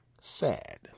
sad